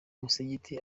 musigiti